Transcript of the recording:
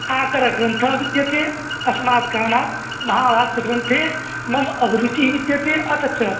आर्करग्रन्थः विद्यते अस्मात् कारणात् महाभाष्यग्रन्थे मम अभिरुचिः विद्यते अथ च